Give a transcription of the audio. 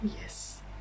Yes